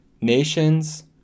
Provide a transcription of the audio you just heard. Nations